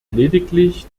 lediglich